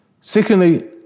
Secondly